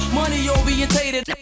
money-orientated